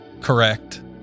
correct